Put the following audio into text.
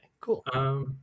cool